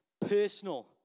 personal